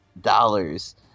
dollars